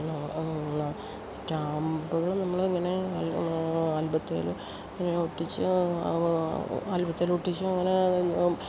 സ്റ്റാമ്പുകൾ നമ്മളിങ്ങനെ ആൽബത്തിൽ ഇങ്ങനെ ഒട്ടിച്ച് ആൽബത്തിൽ ഒട്ടിച്ച് ഇങ്ങനെ